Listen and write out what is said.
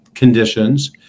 Conditions